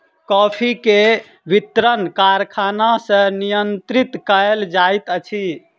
coffee के वितरण कारखाना सॅ नियंत्रित कयल जाइत अछि